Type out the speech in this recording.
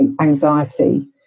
anxiety